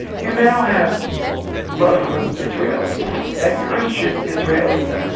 you now have muslim israelis and christian israelis.